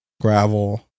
Gravel